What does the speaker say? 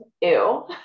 Ew